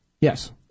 Yes